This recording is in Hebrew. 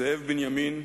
זאב בנימין,